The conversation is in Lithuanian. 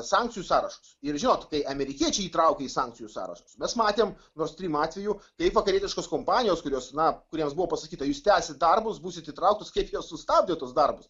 sankcijų sąrašus ir žinot kai amerikiečiai įtraukė į sankcijų sąrašą mes matėm nord strym atveju kaip vakarietiškos kompanijos kurios na kuriems buvo pasakyta jūs tęsit darbus būsit įtrauktos kaip jos sustabdė tuos darbus